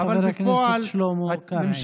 חבר הכנסת שלמה קרעי.